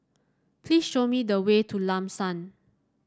please show me the way to Lam San